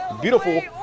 Beautiful